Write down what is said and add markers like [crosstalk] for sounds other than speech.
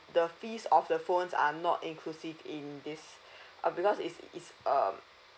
the fees of the phones are not inclusive in this [breath] uh because is is um